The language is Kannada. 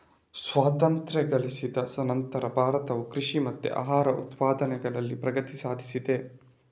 ಸ್ವಾತಂತ್ರ್ಯ ಗಳಿಸಿದ ನಂತ್ರ ಭಾರತವು ಕೃಷಿ ಮತ್ತೆ ಆಹಾರ ಉತ್ಪಾದನೆನಲ್ಲಿ ಪ್ರಗತಿ ಸಾಧಿಸಿದೆ